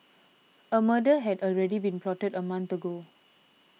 a murder had already been plotted a month ago